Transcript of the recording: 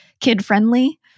kid-friendly